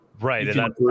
right